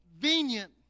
convenient